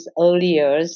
earlier